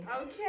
Okay